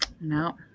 No